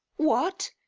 what!